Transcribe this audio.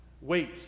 wait